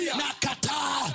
nakata